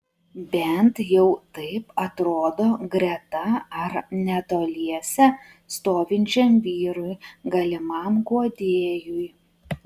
bent jau taip atrodo greta ar netoliese stovinčiam vyrui galimam guodėjui